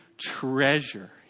treasure